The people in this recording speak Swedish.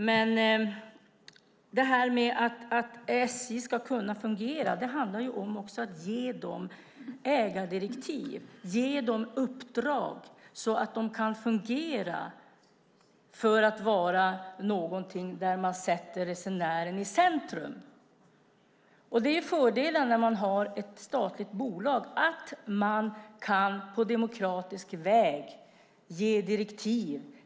Men om SJ ska kunna fungera handlar det också om att ge dem ägardirektiv och uppdrag så att de kan sätta resenären i centrum. Fördelen när man har ett statligt bolag är att man på demokratisk väg kan ge direktiv.